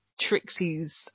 Trixie's